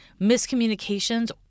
miscommunications